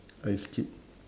I skip